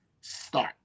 start